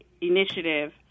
initiative